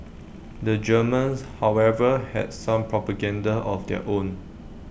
the Germans however had some propaganda of their own